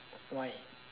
why